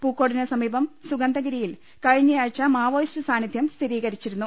പൂക്കോടിനു സമീപം സുഗന്ധഗിരിയിൽ കഴിഞ്ഞാഴ്ച മാവോയിസ്റ്റ് സാന്നിധ്യം സ്ഥിരീ കരിച്ചിരുന്നു